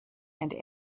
and